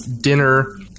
dinner